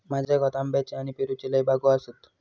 माझ्या गावात आंब्याच्ये आणि पेरूच्ये लय बागो आसत